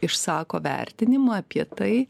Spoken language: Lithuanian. išsako vertinimą apie tai